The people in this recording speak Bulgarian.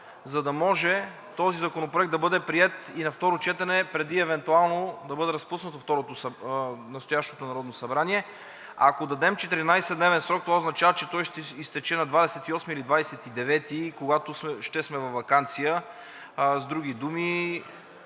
За да може този законопроект да бъде приет и на второ четене, преди евентуално да бъде разпуснато настоящото Народно събрание. Ако дадем 14-дневен срок, това означава, че той ще изтече на 28-и или 29-и, когато ще сме във ваканция, с други думи,